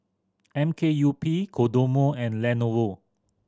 M K U P Kodomo and Lenovo